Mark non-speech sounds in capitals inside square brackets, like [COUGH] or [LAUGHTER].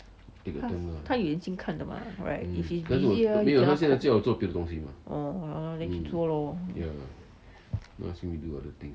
他他有眼睛看的吗 right if he's busy here yo~ ah [NOISE] then 去做 lor